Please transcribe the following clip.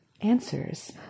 answers